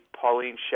Pauline